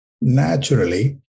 naturally